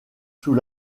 sous